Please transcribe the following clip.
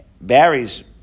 Barry's